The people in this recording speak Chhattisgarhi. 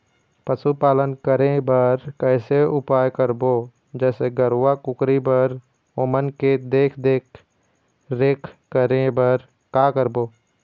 पशुपालन करें बर कैसे उपाय करबो, जैसे गरवा, कुकरी बर ओमन के देख देख रेख करें बर का करबो?